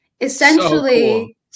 essentially